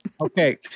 Okay